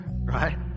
right